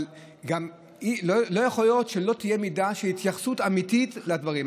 אבל גם לא יכול להיות שלא תהיה מידה של התייחסות אמיתית לדברים.